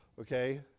Okay